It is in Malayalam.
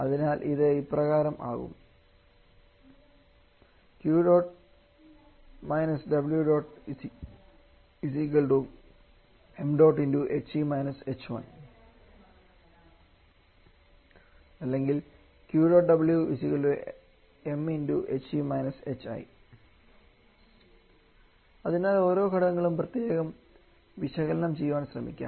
അതിനാൽ ഇത് ഇപ്രകാരം ആകും അതിനാൽ ഓരോ ഘടകങ്ങളും പ്രത്യേകം വിശകലനം ചെയ്യാൻ ശ്രമിക്കാം